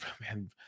Man